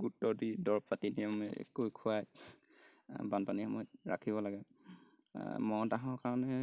গুৰুত্ব দি দৰৱ পাতি দি আমি কৈ খুৱাই বানপানী সময়ত ৰাখিব লাগে কাৰণে